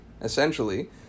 essentially